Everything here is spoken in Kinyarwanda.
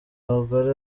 abagore